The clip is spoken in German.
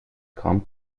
kam